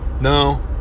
No